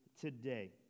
today